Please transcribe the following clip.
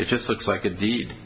it just looks like a deed